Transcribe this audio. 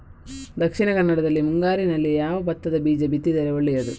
ದಕ್ಷಿಣ ಕನ್ನಡದಲ್ಲಿ ಮುಂಗಾರಿನಲ್ಲಿ ಯಾವ ಭತ್ತದ ಬೀಜ ಬಿತ್ತಿದರೆ ಒಳ್ಳೆಯದು?